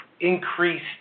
increased